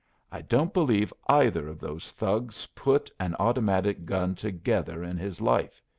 i don't believe either of those thugs put an automatic gun together in his life,